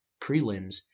prelims